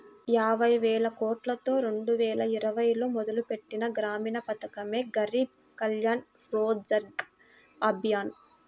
యాబైవేలకోట్లతో రెండువేల ఇరవైలో మొదలుపెట్టిన గ్రామీణ పథకమే గరీబ్ కళ్యాణ్ రోజ్గర్ అభియాన్